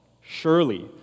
Surely